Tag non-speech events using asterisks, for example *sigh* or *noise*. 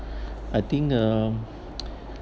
*breath* I think uh